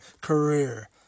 career